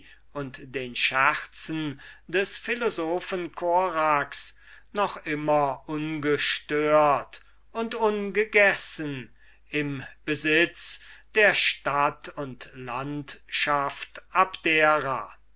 und den scherzen des philosophen korax noch immer ungestört und ungegessen im besitz der stadt und landschaft von abdera